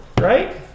right